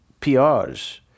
PRs